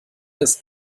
ist